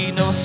no